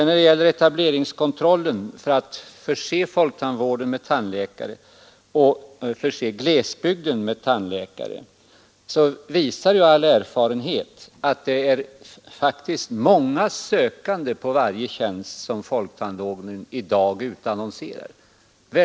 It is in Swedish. När det gäller etableringskontrollen för att förse folktandvården — särskilt i glesbygden — med tandläkare visar all erfarenhet att det faktiskt är väldigt många sökande till varje tjänst som folktandvården i dag utannonserar.